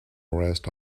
arrest